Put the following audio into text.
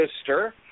sister